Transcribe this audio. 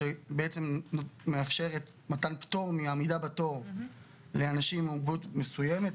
שבעצם מאפשרת מתן פטור מעמידה בתור לאנשים עם מוגבלות מסוימת,